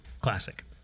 classic